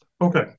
Okay